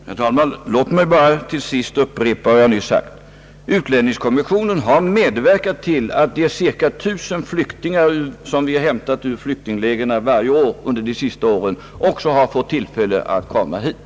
Herr talman! Låt mig bara till slut upprepa vad jag senast sade. Utlänningskommissionen har medverkat till att de cirka 1 000 flyktingar, som vi på senare tid årligen hämtat ur flyktinglägren, också fått tillfälle att stanna här.